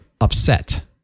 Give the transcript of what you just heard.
upset